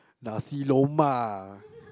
nasi-lemak